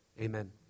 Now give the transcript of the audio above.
Amen